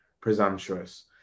presumptuous